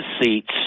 seats